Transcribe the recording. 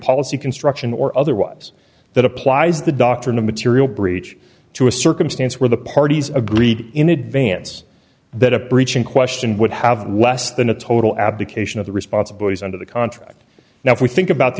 policy construction or otherwise that applies the doctrine of material breach to a circumstance where the parties agreed in advance that a breach in question would have less than a total abdication of the responsibilities under the contract now if we think about the